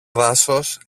δάσος